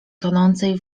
tonącej